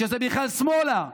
שזה בכלל שמאלה,